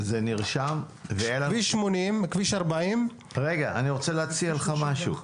אני רוצה להציע לך משהו.